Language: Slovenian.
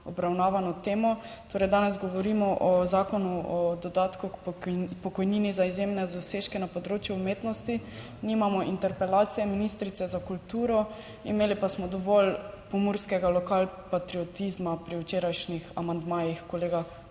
obravnavano temo, torej, danes govorimo o Zakonu o dodatku k pokojnini za izjemne dosežke na področju umetnosti, nimamo interpelacije ministrice za kulturo, imeli pa smo dovolj pomurskega lokalpatriotizma pri včerajšnjih amandmajih kolega Horvata,